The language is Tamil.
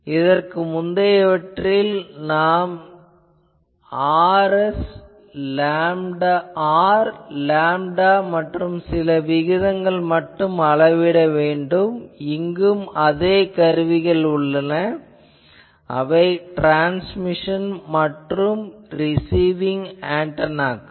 இதற்கு முந்தையவற்றில் நாம் R லேம்டா மற்றும் சில விகிதங்கள் மட்டும் அளவிட வேண்டும் இங்கும் அதே கருவிகள் உள்ளன அவை ட்ரான்ஸ்மிஷன் மற்றும் ரிசீவிங் ஆன்டெனாக்கள்